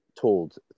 told